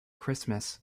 christmas